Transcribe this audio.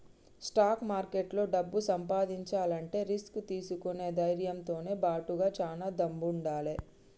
stock మార్కెట్లో డబ్బు సంపాదించాలంటే రిస్క్ తీసుకునే ధైర్నంతో బాటుగా చానా దమ్ముండాలే